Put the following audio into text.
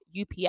UPS